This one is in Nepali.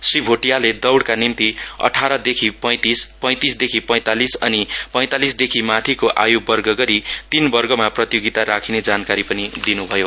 श्री भोटियाले दौइका निम्ति अठार देखि पैतिस पैतीसदेखि पैतालिस अनि पैतालीसदेखि माथिको आय्वर्ग गरी तीन वर्गमा प्रतियोगिता राखिने जानकारी दिन् भयो